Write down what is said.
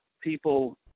people